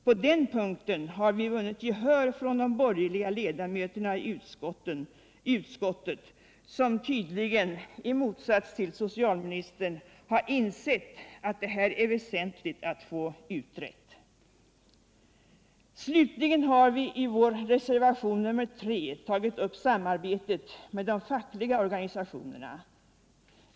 På den punkten har vi vunnit gehör från de borgerliga ledamöterna I utskottet, som tydligen — i motsats till socialministern — har insett att det är väsentligt att få deta: utrett. Slutligen har vi i reservation 3 tagit upp samarbetet med de fackliga organisationerna.